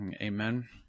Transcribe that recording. Amen